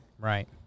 Right